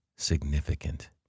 significant